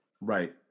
Right